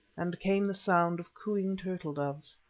and came the sound of cooing turtle-doves.